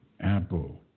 Apple